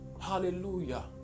Hallelujah